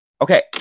okay